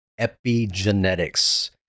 epigenetics